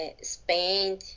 Spain